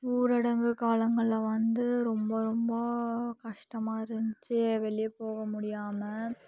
ஊரடங்கு காலங்களில் வந்து ரொம்ப ரொம்ப கஷ்டமாக இருந்துச்சு வெளிய போக முடியாம